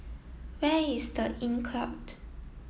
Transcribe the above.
where is the Inncrowd